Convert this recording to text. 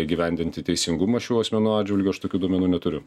įgyvendinti teisingumą šių asmenų atžvilgiu aš tokių duomenų neturiu